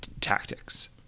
tactics